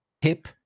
hip